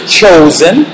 chosen